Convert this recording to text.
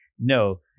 No